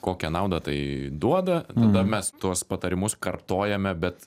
kokią naudą tai duoda tada mes tuos patarimus kartojame bet